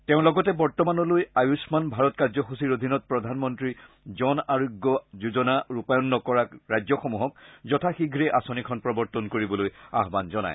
তেওঁ লগতে বৰ্তমানলৈ আয়ুমান ভাৰত কাৰ্যসূচীৰ অধীনত প্ৰধানমন্ত্ৰী জন আৰোগ্য যোজনা ৰূপায়ণ নকৰা ৰাজ্যসমূহক যথাশীঘ্ৰে আঁচনিখন প্ৰৱৰ্তন কৰিবলৈ আহ্বান জনায়